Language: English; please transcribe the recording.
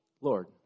Lord